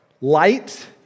Light